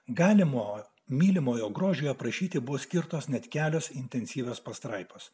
galimo mylimojo grožio prašyti buvo skirtos net kelios intensyvios pastraipos